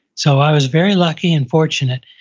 so i was very lucky and fortunate.